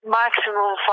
maximum